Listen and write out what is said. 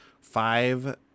five